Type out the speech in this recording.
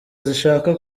zishaka